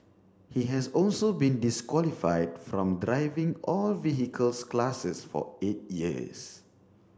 he has also been disqualified from driving all vehicle classes for eight years